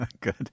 Good